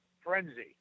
frenzy